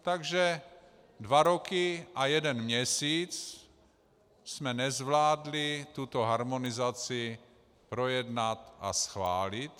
Takže dva roky a jeden měsíc jsme nezvládli tuto harmonizaci projednat a schválit.